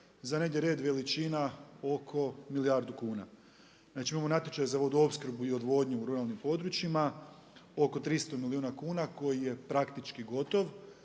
za negdje red veličina oko milijardu kuna. Znači imamo natječaj za vodoopskrbu i odvodnju u ruralnim područjima oko 300 milijuna kuna koji je praktički gotov.